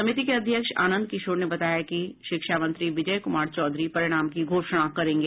समिति के अध्यक्ष आनंद किशोर ने बताया कि शिक्षा मंत्री विजय कुमार चौधरी परिणाम की घोषणा करेंगे